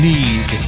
Need